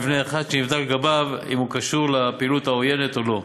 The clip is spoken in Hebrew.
מבנה אחד שנבדק לגביו אם הוא קשור לפעילות העוינת או לא.